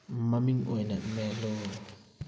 ꯃꯃꯤꯡ ꯑꯣꯏꯅ ꯃꯦꯜꯂꯨ